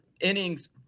innings